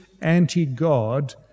anti-God